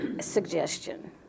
suggestion